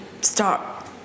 stop